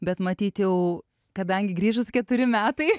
bet matyt jau kadangi grįžus keturi metai